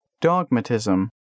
dogmatism